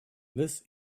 this